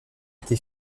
été